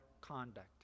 conduct